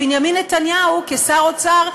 בנימין נתניהו כשר האוצר,